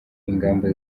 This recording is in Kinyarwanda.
ingamba